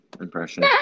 impression